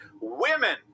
women